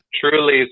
truly